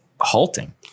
halting